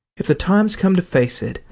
if the time's come to face it,